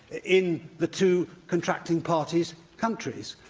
in the two contracting parties' countries.